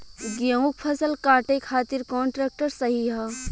गेहूँक फसल कांटे खातिर कौन ट्रैक्टर सही ह?